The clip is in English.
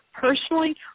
personally